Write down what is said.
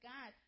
God